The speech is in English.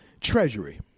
Treasury